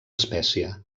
espècie